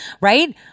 Right